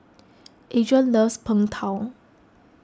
Adrain loves Png Tao